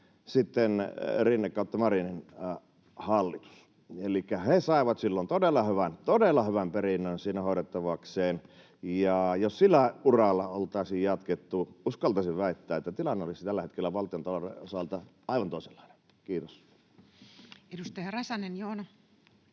sitten Rinteen/Marinin hallitus, elikkä he saivat silloin todella hyvän, todella hyvän perinnön siinä hoidettavakseen. Jos sillä uralla oltaisiin jatkettu, uskaltaisin väittää, että tilanne olisi tällä hetkellä valtiontalouden osalta aivan toisenlainen. — Kiitos. [Speech 143]